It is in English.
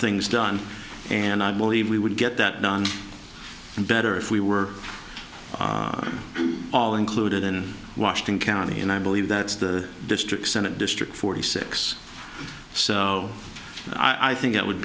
things done and i believe we would get that done better if we were all included in washington county and i believe that the district senate district forty six so i think it would